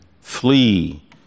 flee